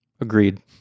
Agreed